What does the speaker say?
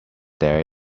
there